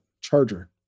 Charger